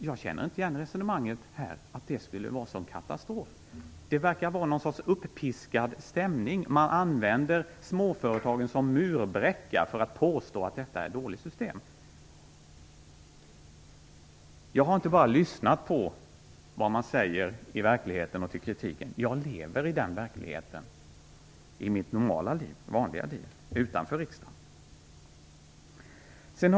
Jag känner inte igen resonemanget att det skulle vara en sådan katastrof. Det verkar vara någon sorts uppiskad stämning. Man använder småföretagen som murbräcka för att påstå att detta är ett dåligt system. Jag har inte bara lyssnat på vad man säger i verkligheten och till kritiken. Jag lever i verkligheten i mitt vanliga liv utanför riksdagen.